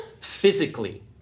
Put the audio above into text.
physically